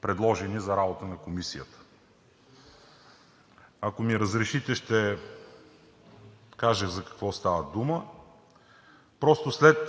предложени за работата на Комисията. Ако ми разрешите, ще кажа за какво става дума. Просто след